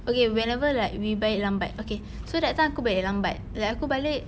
okay whenever like we balik lambat okay so that time aku balik lambat like aku balik